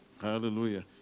Hallelujah